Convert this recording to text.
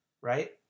right